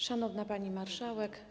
Szanowna Pani Marszałek!